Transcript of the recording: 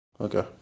Okay